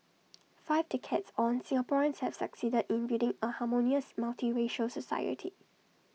five decades on Singaporeans have succeeded in building A harmonious multiracial society